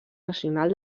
nacional